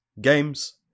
games